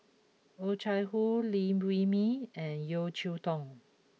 Oh Chai Hoo Liew Wee Mee and Yeo Cheow Tong